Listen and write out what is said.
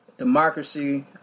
Democracy